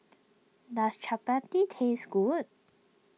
does Chapati taste good